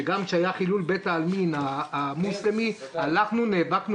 שגם כשהיה חילול בית העלמין המוסלמי אנחנו נאבקנו